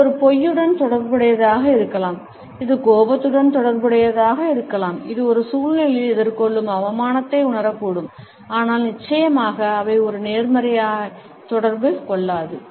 இது ஒரு பொய்யுடன் தொடர்புடையதாக இருக்கலாம் இது கோபத்துடன் தொடர்புடையதாக இருக்கலாம் இது ஒரு சூழ்நிலையில் எதிர்கொள்ளும் அவமானத்தை உணரக்கூடும் ஆனால் நிச்சயமாக அவை ஒரு நேர்மறையை தொடர்பு கொள்ளாது